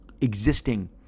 existing